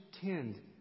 tend